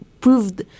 proved